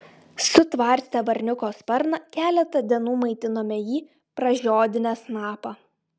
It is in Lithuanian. sutvarstę varniuko sparną keletą dienų maitinome jį pražiodinę snapą